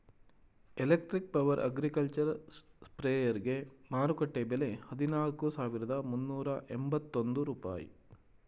electric power agricultural ಸ್ಪ್ರೆಯರ್ಗೆ ಮಾರುಕಟ್ಟೆ ಬೆಲೆ ಹದಿನಾಲ್ಕು ಸಾವಿರದ ಮುನ್ನೂರ ಎಂಬತ್ತೊಂದು ರೂಪಾಯಿ